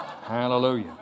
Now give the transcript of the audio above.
Hallelujah